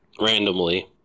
randomly